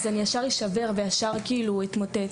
אז אני ישר אשבר וישר אתמוטט,